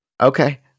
Okay